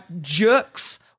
jerks